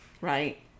right